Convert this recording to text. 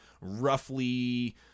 roughly